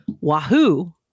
Wahoo